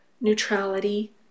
neutrality